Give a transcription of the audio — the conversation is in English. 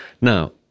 Now